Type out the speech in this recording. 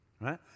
Right